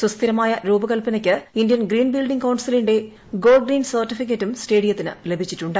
സുസ്ഥിരമായ രൂപകല്പനയ്ക്ക് Indian green building കൌൺസിലിന്റെ ഗോൾഡ് ഗ്രീൻ സർട്ടിഫിക്കറ്റും സ്റ്റേഡിയത്തിന് ലഭിച്ചിട്ടുണ്ട്